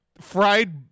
fried